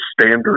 standard